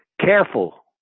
careful